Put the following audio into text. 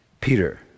Peter